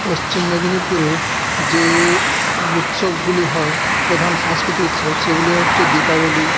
পশ্চিম মেদিনীপুরের যে উৎসবগুলি হয় প্রধান সংস্কৃতি উৎসব সেগুলি হচ্ছে দীপাবলী